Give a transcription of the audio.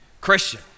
Christian